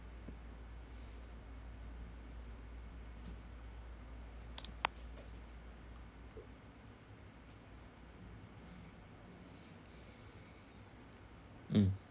mm